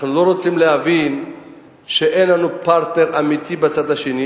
אנחנו לא רוצים להבין שאין לנו פרטנר אמיתי בצד השני